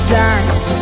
dance